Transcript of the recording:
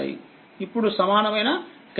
ఇప్పుడు సమానమైన కెపాసిటన్స్ తెలుసుకోవాలి